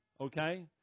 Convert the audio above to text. Okay